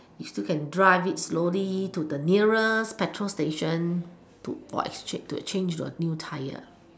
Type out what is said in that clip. you still can drive it slowly to the nearest petrol station to for exchange to change your new tyre